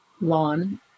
lawn